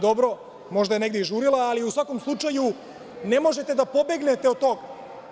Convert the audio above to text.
Dobro, možda je negde i žurila, ali u svakom slučaju ne možete da pobegnete od toga.